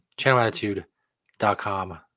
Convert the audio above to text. Channelattitude.com